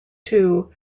two